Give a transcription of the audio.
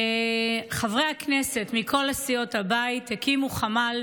חברי הכנסת מכל סיעות הבית הקימו חמ"ל